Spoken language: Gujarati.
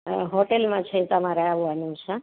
હોટેલમાં છે તમારે આવવાનું છે